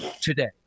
today